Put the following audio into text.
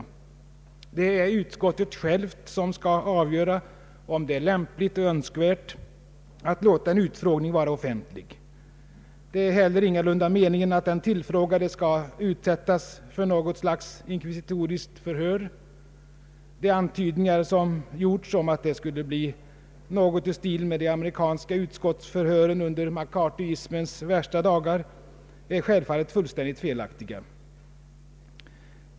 Det är utskottet självt som skall avgöra om det är lämpligt och önskvärt att låta en utfrågning vara offentlig. Det är heller ingalunda meningen att den tillfrågade skall utsättas för något inkvisitoriskt förhör. De antydningar som gjorts om att det skulle bli något i stil med de amerikanska utskottsförhören under McCarthyismens dagar är självfallet fullständigt felaktiga.